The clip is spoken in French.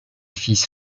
fils